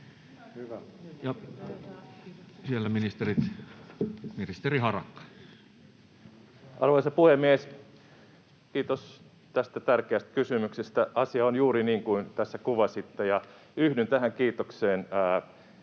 Arvoisa puhemies! Kiitos tästä tärkeästä kysymyksestä. Asia on juuri niin kuin tässä kuvasitte, ja yhdyn tähän kiitokseen, edustaja